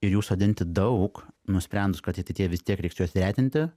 ir jų sodinti daug nusprendus kad ateityje vis tiek reiks juos retinti